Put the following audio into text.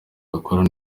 badakora